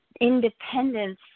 Independence